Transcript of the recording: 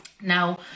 Now